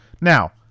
Now